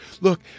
look